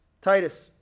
Titus